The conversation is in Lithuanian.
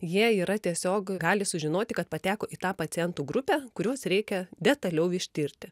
jie yra tiesiog gali sužinoti kad pateko į tą pacientų grupę kuriuos reikia detaliau ištirti